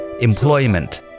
employment